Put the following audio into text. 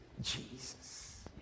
Jesus